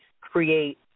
create